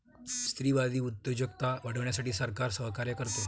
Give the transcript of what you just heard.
स्त्रीवादी उद्योजकता वाढवण्यासाठी सरकार सहकार्य करते